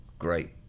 Great